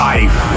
Life